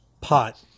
pot